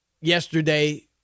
yesterday